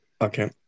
Okay